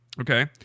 Okay